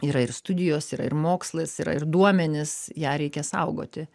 yra ir studijos yra ir mokslas yra ir duomenys ją reikia saugoti